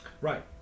Right